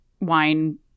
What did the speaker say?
wine